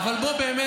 לא, לא, אבל תגיד,